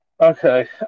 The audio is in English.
Okay